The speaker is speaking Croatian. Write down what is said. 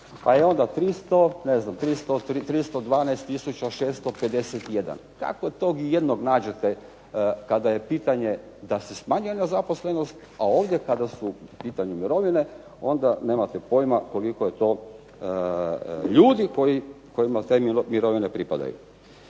312 tisuća 651. kako tog jednog nađete kada je pitanje da se smanjuje nezaposlenost, a ovdje kada su u pitanu mirovine onda nemate pojma koliko je to ljudi kojima te mirovine pripadaju.